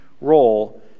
role